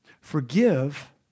Forgive